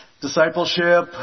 Discipleship